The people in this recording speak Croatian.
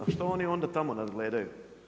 A što oni onda tamo nadgledaju?